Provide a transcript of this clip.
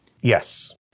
Yes